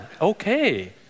okay